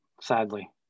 sadly